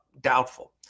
doubtful